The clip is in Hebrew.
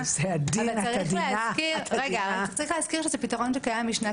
אבל צריך להזכיר שזה פתרון שקיים משנת